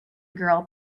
girl